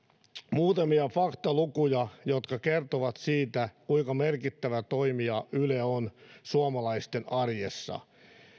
muutamia faktalukuja jotka kertovat siitä kuinka merkittävä toimija yle on suomalaisten arjessa